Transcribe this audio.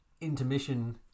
intermission